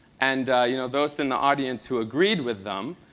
and, you know, those in the audience who agreed with them,